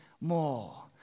more